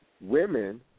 Women